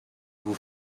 vous